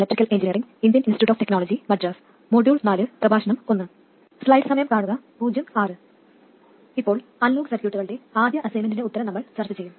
ഇപ്പോൾ അനലോഗ് സർക്യൂട്ടുകളുടെ ആദ്യ അസൈൻമൻറ്റിന്റെ ഉത്തരം നമ്മൾ ചർച്ച ചെയ്യും